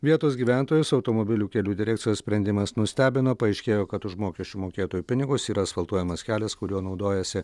vietos gyventojus automobilių kelių direkcijos sprendimas nustebino paaiškėjo kad už mokesčių mokėtojų pinigus yra asfaltuojamas kelias kuriuo naudojasi